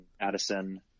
Addison